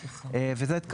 וזאת,